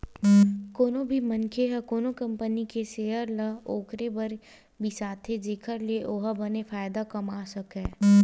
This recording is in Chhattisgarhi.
कोनो भी मनखे ह कोनो कंपनी के सेयर ल ओखरे बर बिसाथे जेखर ले ओहा बने फायदा कमा सकय